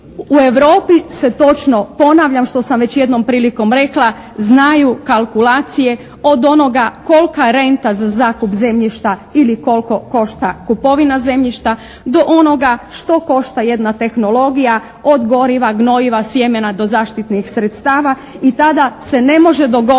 u Europi se točno, ponavljam što sam već jednom prilikom rekla, znaju kalkulacije od onoga kolika je renta za zakup zemljišta ili koliko košta kupovina zemljišta, do onoga što košta jedna tehnologija, od goriva, gnojiva, sjemena do zaštitnih sredstava. I tada se ne može dogoditi